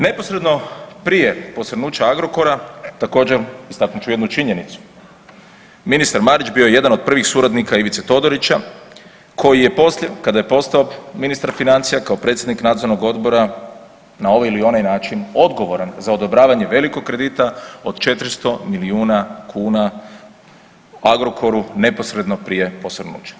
Neposredno prije posrnuća Agrokora također istaknut ću jednu činjenicu, ministar Marić bio je jedan od prvih suradnika Ivice Todorića koji je poslije kada je postao ministar financija kao predsjednik nadzornog odbora na ovaj ili onaj način odgovoran za odobravanjem velikog kredita od 400 milijuna kuna Agrokoru neposredno prije posrnuća.